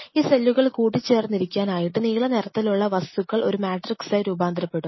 ഈ സെല്ലുകൾ കൂടി ചേർന്നിരിക്കാൻ ആയിട്ട് നീല നിറത്തിലുള്ള വസ്തുക്കൾ ഒരു മാട്രിക്സ് ആയി രൂപാന്തരപ്പെടും